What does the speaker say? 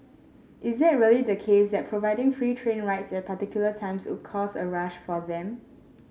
is it really the case that providing free train rides at particular times would cause a rush for them